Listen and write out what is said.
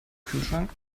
kühlschrank